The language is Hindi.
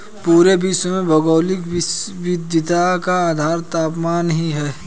पूरे विश्व में भौगोलिक विविधता का आधार तापमान ही है